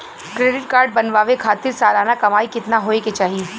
Credit card बनवावे खातिर सालाना कमाई कितना होए के चाही?